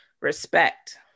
respect